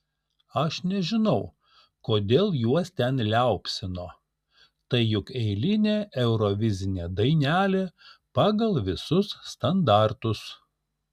aš nežinau kodėl juos ten liaupsino tai juk eilinė eurovizinė dainelė pagal visus standartus